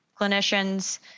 clinicians